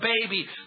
baby